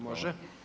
Može.